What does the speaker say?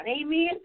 Amen